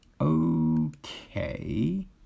Okay